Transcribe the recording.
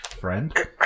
friend